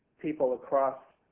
people across